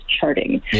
charting